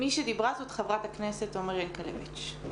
בבקשה.